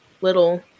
little